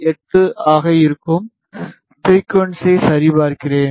8 ஆக இருக்கும் ஃப்ரிகுவன்ஸியை சரிபார்க்கிறேன்